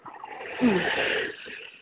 മ്